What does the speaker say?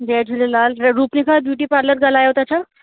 जय झूलेलाल रुपी सां beauty parlour ॻाल्हायो था छा